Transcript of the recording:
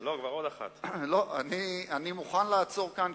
אני מוכן לעצור כאן.